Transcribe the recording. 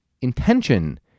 intention